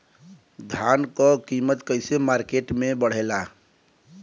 धान क कीमत कईसे मार्केट में बड़ेला?